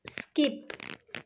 skip